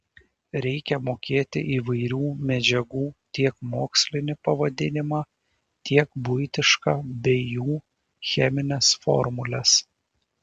reikia mokėti įvairių medžiagų tiek mokslinį pavadinimą tiek buitišką bei jų chemines formules